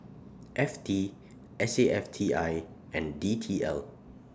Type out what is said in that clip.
F T S A F T I and D T L